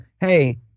hey